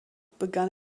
begann